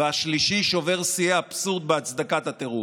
והשלישי שובר שיאי אבסורד בהצדקת הטירוף.